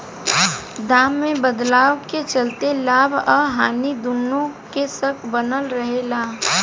दाम में बदलाव के चलते लाभ आ हानि दुनो के शक बनल रहे ला